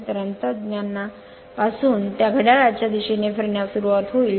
तर अंतर्ज्ञाना पासून त्या घड्याळाच्या दिशेने फिरण्यास सुरवात होईल